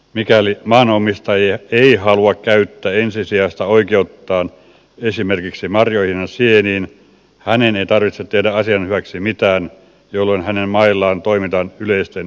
mikäli maaomistaja ei halua käyttää ensisijaista oikeuttaan esimerkiksi marjoihin ja sieniin hänen ei tarvitse tehdä asian hyväksi mitään jolloin hänen maillaan toimitaan yleisten jokamiehenoikeuksien mukaan